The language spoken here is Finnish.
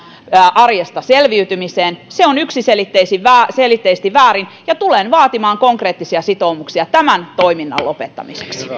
arjesta selviytymisessä on yksiselitteisesti väärin ja tulen vaatimaan konkreettisia sitoumuksia tämän toiminnan lopettamiseksi